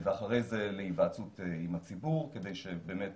ואחרי זה להיוועצות עם הציבור כדי שבאמת